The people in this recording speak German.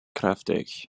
kräftig